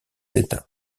état